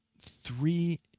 three